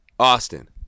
Austin